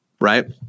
right